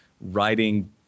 writing